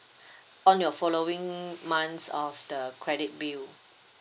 on your following months of the credit bill